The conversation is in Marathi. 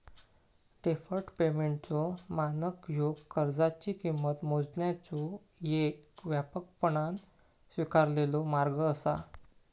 डेफर्ड पेमेंटचो मानक ह्यो कर्जाची किंमत मोजण्याचो येक व्यापकपणान स्वीकारलेलो मार्ग असा